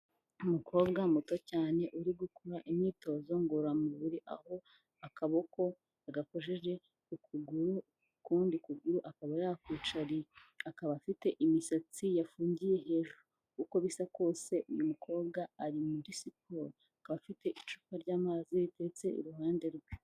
Umukobwa muto cyane uri gukora imyitozo ngororamubiri aho akaboko yagakoje ku kuguru ukundi kuguru akaba yakwicariye, akaba afite imisatsi yafungiye hejuru, uko bisa kose uyu mukobwa ari muri siporo, akaba afite icupa ry'amazi riteretse iruhande rwe.